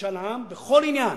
למשאל עם בכל עניין